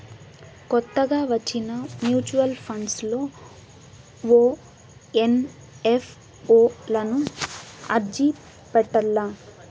కొత్తగా వచ్చిన mutual funds లో ఓ ఎన్.ఎఫ్.ఓ లకు అర్జీ పెట్టల్ల